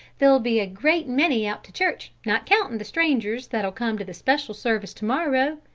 there'll be a great many out to church, not counting the strangers that'll come to the special service to-morrow.